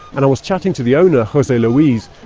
and i was chatting to the owner, jose louis,